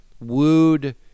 wooed